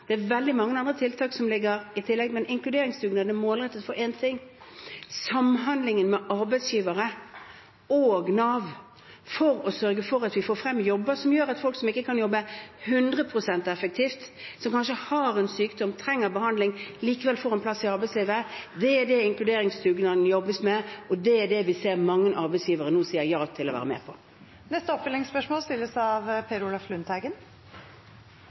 mange andre tiltak som kommer i tillegg, men inkluderingsdugnaden er målrettet mot én ting: samhandlingen med arbeidsgivere og Nav, for å sørge for at vi får frem jobber som gjør at folk som ikke kan jobbe 100 pst. effektivt, og som kanskje har en sykdom og trenger behandling, likevel får en plass i arbeidslivet. Det er det som inkluderingsdugnaden handler om, og det er det vi ser at mange arbeidsgivere nå sier ja til å være med på. Per Olaf Lundteigen – til oppfølgingsspørsmål.